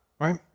right